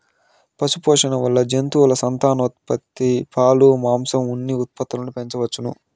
పశుపోషణ వల్ల జంతువుల సంతానోత్పత్తి, పాలు, మాంసం, ఉన్ని ఉత్పత్తులను పెంచవచ్చును